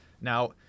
Now